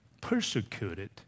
persecuted